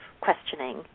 questioning